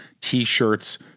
t-shirts